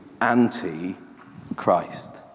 anti-Christ